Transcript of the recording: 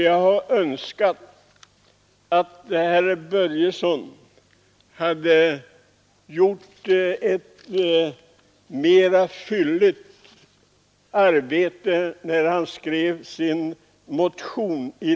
Jag önskar att herr Börjesson i Falköping hade gjort ett mera fylligt arbete när han skrev sin motion.